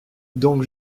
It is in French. donc